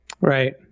Right